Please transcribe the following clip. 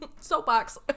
Soapbox